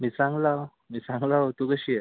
मी चांगलाओ मी चांगलाओ तू कशी आहे